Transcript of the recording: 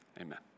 amen